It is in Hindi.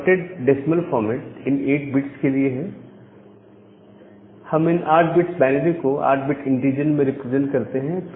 यह डॉटेड डेसिमल फॉर्मेट इन 8 बिट्स के लिए है हम इन 8 बिट बाइनरी को 8 बिट इंटीजर में रिप्रेजेंट करते हैं